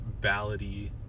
ballady